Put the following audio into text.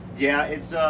yeah, it's,